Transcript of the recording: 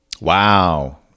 Wow